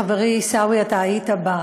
אתמול, וחברי עיסאווי, היית בה,